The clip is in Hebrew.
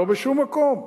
לא בשום מקום.